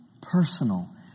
Personal